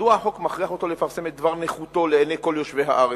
מדוע החוק מכריח אותו לפרסם את דבר נכותו לעיני כל יושבי הארץ?